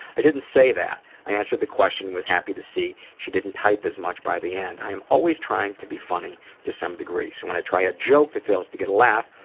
i didn't say that. i answered the question and was happy to see she didn't type as much by the end. i am always trying to be funny to some degree, so when i try a joke that fails to get a laugh,